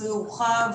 הפיצוי הורחב